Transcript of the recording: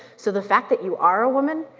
so the fact that you are a woman,